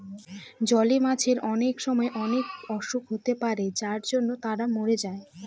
জলে মাছের অনেক সময় অনেক অসুখ হতে পারে যার জন্য তারা মরে যায়